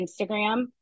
Instagram